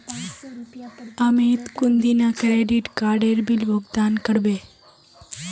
अमित कुंदिना क्रेडिट काडेर बिल भुगतान करबे